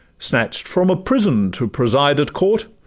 snatch'd from a prison to preside at court,